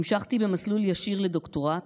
המשכתי במסלול ישיר לדוקטורט,